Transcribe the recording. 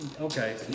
Okay